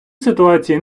ситуації